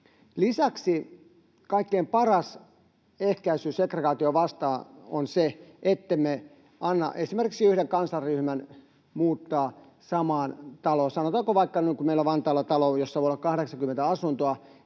Lisäksi kaikkein paras ehkäisy segregaatiota vastaan on se, ettemme anna esimerkiksi yhden kansanryhmän muuttaa samaan taloon, niin kuin vaikka meillä Vantaalla on talo, jossa voi olla 80 asuntoa,